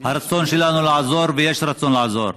הרצון שלנו לעזור, ויש רצון לעזור,